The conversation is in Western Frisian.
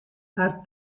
har